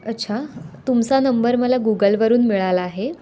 अच्छा तुमचा नंबर मला गुगलवरून मिळाला आहे